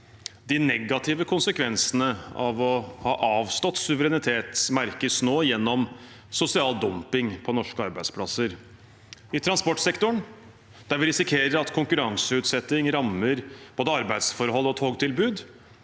De negative konsekvensene av å ha avstått suverenitet merkes nå gjennom sosial dumping på norske arbeidsplasser, i transportsektoren, der vi risikerer at konkurranseutsetting rammer både arbeidsforhold og togtilbud,